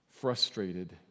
frustrated